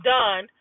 done